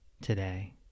today